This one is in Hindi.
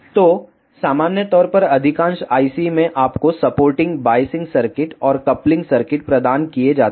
तो सामान्य तौर पर अधिकांश IC में आपको सपोर्टिंग बायसिंग सर्किट और कपलिंग सर्किट प्रदान किए जाते हैं